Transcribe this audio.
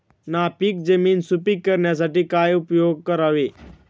नापीक जमीन सुपीक करण्यासाठी काय उपयोग करावे?